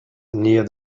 near